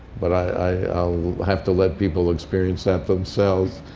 but i'll have to let people experience that themselves.